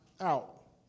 out